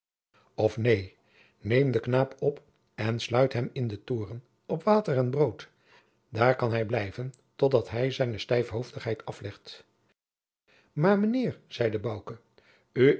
neen neem den knaap op en sluit hem in den toren op water en brood daar kan hij blijven tot dat hij zijne stijfhoofdigheid aflegt maar mijnheer zeide